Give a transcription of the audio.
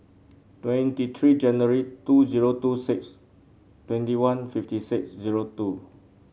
twenty three January two zero two six twenty one fifty six zero two